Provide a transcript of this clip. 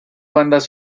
bandas